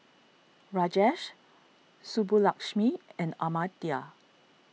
Rajesh Subbulakshmi and Amartya